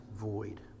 void